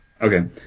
Okay